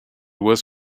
was